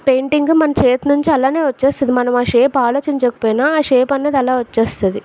painting మన చేతి నుంచి అలానే వచ్చేస్తుంది మనము ఆ షేప్ ఆలోచించకపోయినా ఆ షేప్ అన్నది అలా వచ్చేస్తుంది